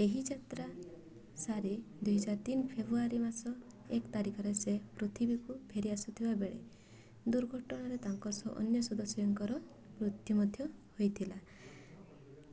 ଏହି ଯାତ୍ରା ସାରି ଦୁଇ ହଜାର ତିନି ଫେବୃଆରୀ ମାସ ଏକ ତାରିଖରେ ସେ ପୃଥିବୀକୁ ଫେରି ଆସୁଥିବା ବେଳେ ଦୁର୍ଘଟଣାରେ ତାଙ୍କ ସହ ଅନ୍ୟ ସଦସ୍ୟଙ୍କର ମୃତ୍ୟୁ ମଧ୍ୟ ହୋଇଥିଲା